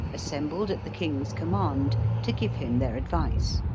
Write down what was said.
assembled at the king's command, to give him their advice.